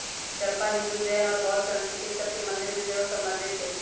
चंपा हिंदू, जैन और बौद्ध संस्कृतिय सभ के मंदिर से सेहो सम्बन्धित हइ